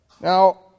Now